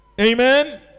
Amen